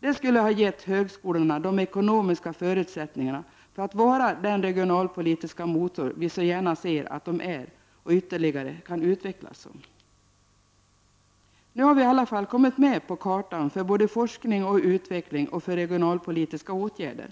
Det skulle ha gett högskolorna ekonomiska förutsättningar för att vara den regionalpolitiska motor vi så gärna ser att de är och ytterligare kan utvecklas som. Nu har vi i alla fall kommit med på kartan för både forskning och utveckling och för regionalpolitiska åtgärder.